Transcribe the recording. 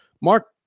mark